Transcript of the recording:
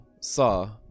saw